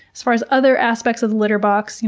as far as other aspects of the litter box,